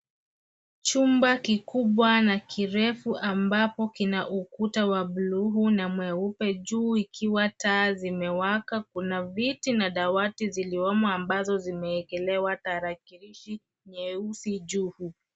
Chumba kikubwa na kirefu ambapo kina ukuta wa buluu na mweupe juu ikiwa taa zimewaka. Kuna viti na dawati ziliomo ambazo zimewekelewa tarakilishi nyeusi juu.